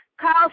call